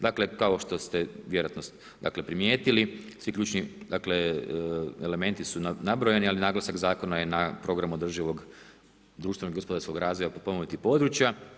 Dakle, kao što ste vjerojatno primijetili, svi ključni elementi su nabrojani, ali naglasak Zakona je na programu održivog društvenog i gospodarskog razvoja potpomognutih područja.